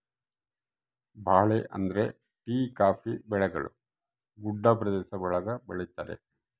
ಭಾಳ ಅಂದ್ರೆ tea coffee ಬೆಳೆಗಳು ಗುಡ್ಡ ಪ್ರದೇಶ ಒಳಗ ಬೆಳಿತರೆ